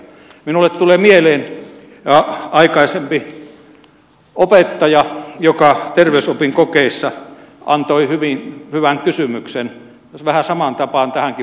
minulle tulee mieleen aikaisempi opettaja joka terveysopin kokeissa antoi hyvin hyvän kysymyksen ja vähän samaan tapaan vastataan tähänkin